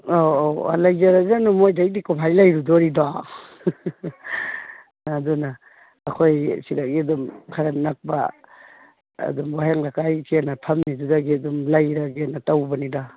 ꯑꯧ ꯑꯧ ꯂꯩꯖꯔꯁꯅꯨ ꯃꯣꯏꯗꯩꯗꯤ ꯀꯃꯥꯏ ꯂꯩꯔꯨꯗꯣꯔꯤꯗꯣ ꯑꯗꯨꯅ ꯑꯩꯈꯣꯏ ꯁꯤꯗꯒꯤ ꯑꯗꯨꯝ ꯈꯔ ꯅꯛꯄ ꯑꯗꯨꯝ ꯋꯥꯍꯦꯡ ꯂꯩꯀꯥꯏ ꯏꯆꯦꯅ ꯐꯝꯃꯤꯗꯨꯗꯒꯤ ꯑꯗꯨꯝ ꯂꯩꯔꯒꯦꯅ ꯇꯧꯕꯅꯤꯗ